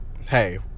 hey